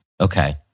Okay